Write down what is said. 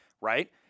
right